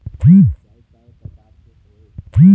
सिचाई कय प्रकार के होये?